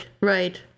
right